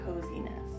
coziness